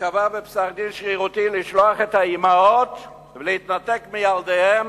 וקבע בפסק-דין שרירותי לשלוח את האמהות להתנתק מילדיהן,